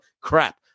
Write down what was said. crap